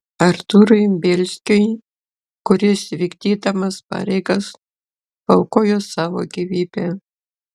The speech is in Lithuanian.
artūrui bielskiui kuris vykdydamas pareigas paaukojo savo gyvybę